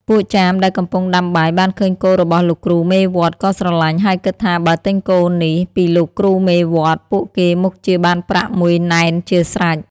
ពួកចាមដែលកំពុងដាំបាយ បានឃើញគោរបស់លោកគ្រូមេវត្ត ក៏ស្រឡាញ់ហើយគិតថាបើទិញគោនេះពីលោកគ្រូមេវត្ត ពួកគេមុខជាបានប្រាក់ ១ ណែនជាស្រេច។